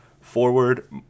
Forward